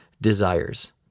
desires